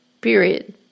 period